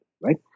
Right